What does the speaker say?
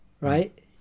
Right